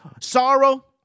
sorrow